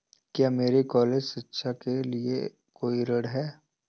क्या मेरे कॉलेज शिक्षा के लिए कोई ऋण है?